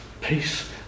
Peace